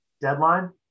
deadline